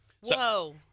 Whoa